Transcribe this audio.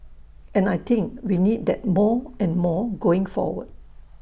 and I think we need that more and more going forward